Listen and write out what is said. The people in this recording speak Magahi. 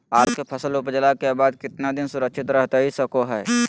आलू के फसल उपजला के बाद कितना दिन सुरक्षित रहतई सको हय?